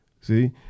See